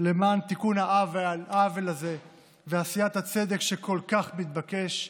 למען תיקון העוול הזה ועשיית הצדק שכל כך מתבקש.